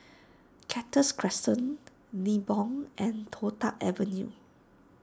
Cactus Crescent Nibong and Toh Tuck Avenue